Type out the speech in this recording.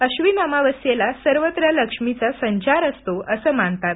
आश्विन अमावास्येला सर्वत्र लक्ष्मीचा संचार असतो असं मानतात